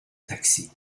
taxi